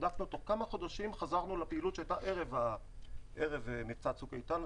בדקנו תוך כמה חודשים חזרנו לפעילות שהיתה ערב "צוק איתן".